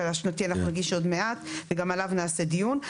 ואת השנתי נגיש עוד מעט ונעשה עליו דיון.